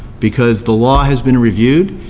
because the law has been reviewed.